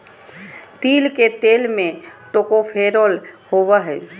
तिल के तेल में टोकोफेरोल होबा हइ